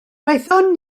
wnaethon